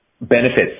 benefits